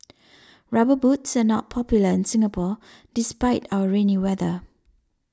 rubber boots are not popular in Singapore despite our rainy weather